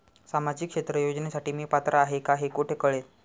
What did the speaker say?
सामाजिक क्षेत्र योजनेसाठी मी पात्र आहे का हे कुठे कळेल?